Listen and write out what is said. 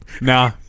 Nah